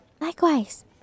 Likewise